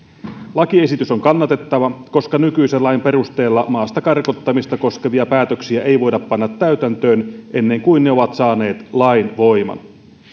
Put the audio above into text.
lakiesitys on kannatettava koska nykyisen lain perusteella maasta karkottamista koskevia päätöksiä ei voida panna täytäntöön ennen kuin ne ovat saaneet lainvoiman